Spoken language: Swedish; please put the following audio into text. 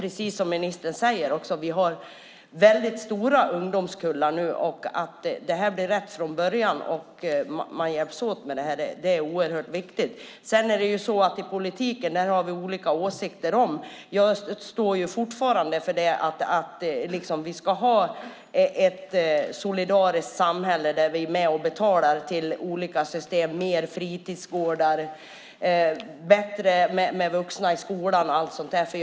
Precis som ministern säger har vi stora ungdomskullar nu, så det är oerhört viktigt att det här blir rätt från början och att man hjälps åt med det. I politiken har vi olika åsikter om detta. Jag står fortfarande för att vi ska ha ett solidariskt samhälle där vi är med och betalar till olika system, fler fritidsgårdar, fler vuxna i skolan och så vidare.